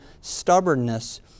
stubbornness